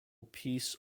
peace